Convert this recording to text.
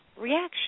reaction